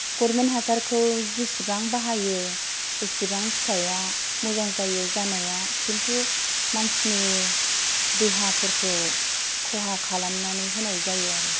government हासारखौ जिसिबां बाहायो इसेबां फिथाया मोजां जायो जानाया खिन्थु मानसिनि देहाफोरखौ खहा खालामनानै होनाय जायो आरो